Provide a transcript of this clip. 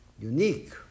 Unique